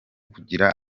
kugira